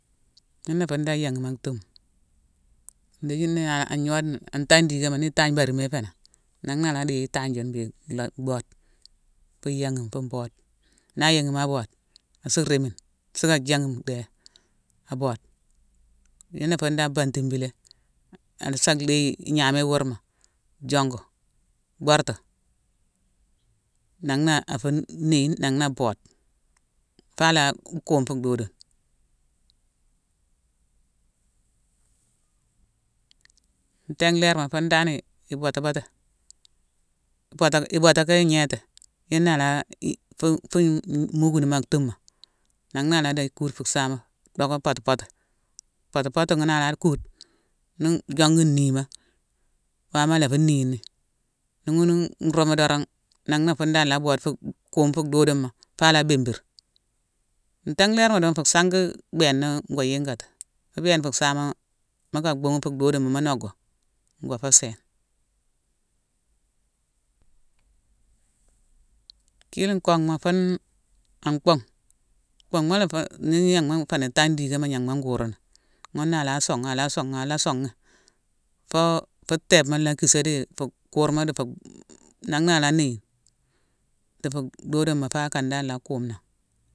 Yune fun dan yanghime aktuma. Ndéji né agnode-an-tangne-digama; ni itangne barima ifénan. Nan na ala deye itangne june-la-bhode. Fu yanghime fu mbode. Na yanghime abode, assu rémini, sucka janghime ndéema, abode. Yun na fune dan bantibilé, assa deye ignaméy iwurma jongu, bortu. Nan na afu néyine, nan na bottu, faala guume fu doodoma. Ntinlérma fun dan-i- boto-boté. Ibota-ibota ka ngnéti, yuna ala-i-fu-fu-mhukunume aktuma. Nan na ala deye kuude fu saama dhocka pot-pot. Pot-pot ghune ala kuude-nu-u jongu nniima. Wama ala fu nini. Ni ghune nrumu dorongh, nan na fune dan la boode-fu- guume fu doodoma fala bimbir. Ntinlérma dongh, fu sangui béena ngoa yingati. Mu bééne fu saama, mucka bhuughune fu doodoma, mu nocwa, ngwa fé séne. Kkilinkoghma fun-n an bhungh. Bhungh mala-fu-ni gnan ma nféni tangne digama gnan ma nguruni. Ghuna ala soonghe-ala soonghe-ala soonghe fo fu tééma la kissé di fu kurma-di-fu. Nan na ala néyine, difu doodoma fa akan dan la guume nan.